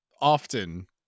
often